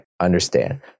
understand